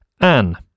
Anne